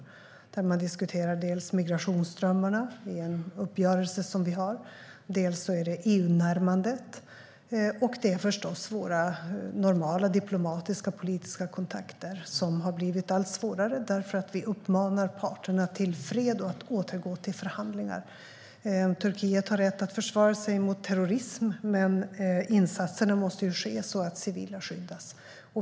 I den uppgörelse vi har diskuterar man migrationsströmmarna och EU-närmandet, och sedan har vi förstås våra normala diplomatiska och politiska kontakter, som har blivit allt svårare, för vi uppmanar parterna till fred och till att återgå till förhandlingar. Turkiet har rätt att försvara sig mot terrorism, men insatserna måste ske så att civila skyddas.